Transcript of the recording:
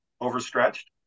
overstretched